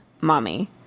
Mommy